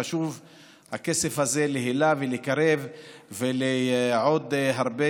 הכסף הזה חשוב להיל"ה ולקרב ולעוד הרבה